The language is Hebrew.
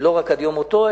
ולא רק עד יום מותו,